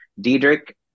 Diedrich